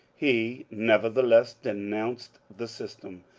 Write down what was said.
he nevertheless denounced the system,